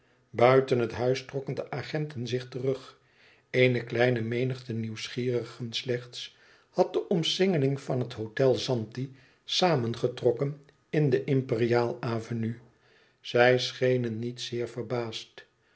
buiten het huis trokken de agenten zich terug eene kleine menigte nieuwsgierigen slechts had de omsingeling van het hôtel zanti samengetrokken in de imperiaal avenue zij schenen niet zeer verbaasd